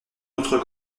notre